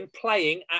playing